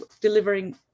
delivering